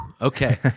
okay